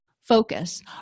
focus